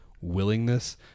willingness